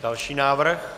Další návrh.